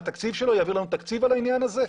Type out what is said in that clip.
יעביר לנו תקציב לעניין הזה?